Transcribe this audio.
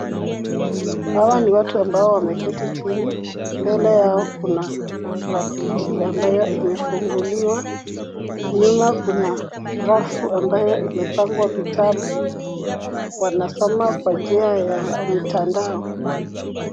Hawa ni watu ambao wameketi chini. Mbele yao kuna talakilishi ambayo imefunguliwa. Nyuma kuna rafu ambayo imepangwa vitabu. Wanasoma kwa njia ya mtandao.